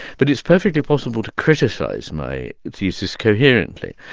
but it's perfectly possible to criticize my thesis coherently.